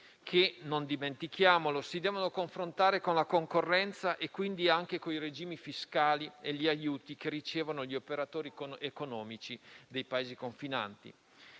che, non dimentichiamolo, si devono confrontare con la concorrenza e quindi anche con i regimi fiscali e gli aiuti che ricevono gli operatori economici dei Paesi confinanti.